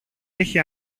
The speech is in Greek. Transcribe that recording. έχει